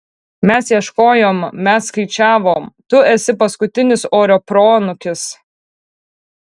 mes ieškojom mes skaičiavom tu esi paskutinis orio proanūkis